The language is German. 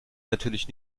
natürlich